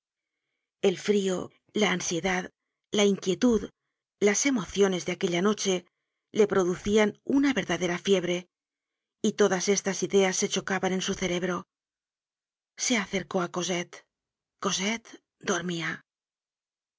el frio la ansiedad la inquietud las emociones de aquella noche le producian una verdadera fiebre y todas estas ideas se chocaban en su cerebro se acercó á cosette cosette dormia